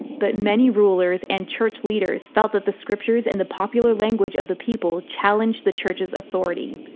but many rulers and church leaders felt that the scriptures in the popular language of the people challenged the church's authority.